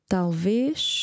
Talvez